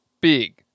big